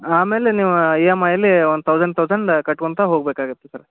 ಆಮೇಲೆ ನೀವು E M ಐಲಿ ಒನ್ ತೌಸಂಡ್ ತೌಸಂಡ ಕಟ್ಕೊತ ಹೋಗಬೇಕಾಗತ್ತೆ ಸರ